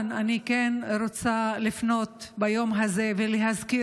אני כן רוצה לפנות ביום הזה ולהזכיר,